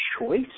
choice